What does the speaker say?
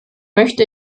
möchte